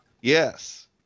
Yes